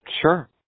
Sure